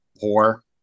poor